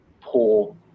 poor